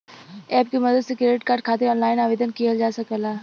app के मदद से क्रेडिट कार्ड खातिर ऑनलाइन आवेदन किहल जा सकला